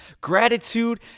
Gratitude